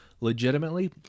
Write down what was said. legitimately